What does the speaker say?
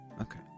Okay